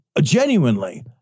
Genuinely